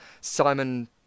Simon